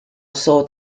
sought